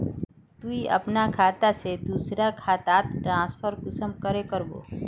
तुई अपना खाता से दूसरा खातात ट्रांसफर कुंसम करे करबो?